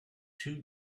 two